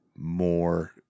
More